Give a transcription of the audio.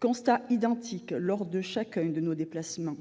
constat lors de chacun de nos déplacements.